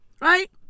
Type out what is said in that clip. Right